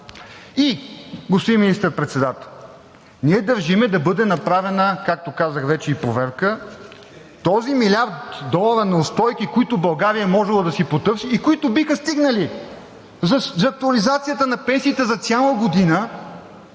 Господин Министър-председател, ние държим да бъде направена, както казах вече, и проверка този милиард долара неустойки, които България може да си потърси и които биха стигнали за актуализацията на пенсиите за цяла година,